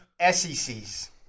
SECs